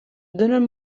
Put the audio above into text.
donen